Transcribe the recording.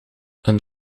een